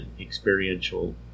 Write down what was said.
experiential